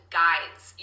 guides